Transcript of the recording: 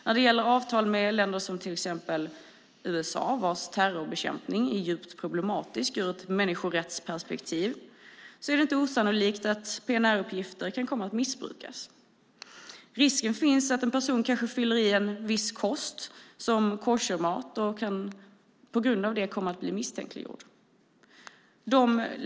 När det gäller avtal med ett land som till exempel USA, vars terrorbekämpning är djupt problematisk ur ett människorättsperspektiv, är det inte osannolikt att PNR-uppgifter kan komma att missbrukas. Risken finns att en person som kanske fyller i att viss kost önskas, exempelvis koshermat, kan på grund av det bli misstänkliggjord.